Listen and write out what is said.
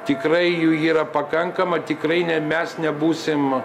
tikrai jų yra pakankama tikrai ne mes nebūsim